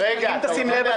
אם תשים לב,